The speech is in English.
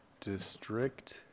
district